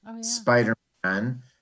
Spider-Man